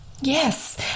Yes